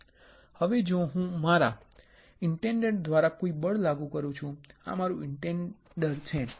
હવે જો હું મારા ઇન્ડેન્ટર દ્વારા કોઈ બળ લાગુ કરું આ મારું ઇન્ડેન્ટર છે બરાબર